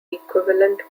equivalent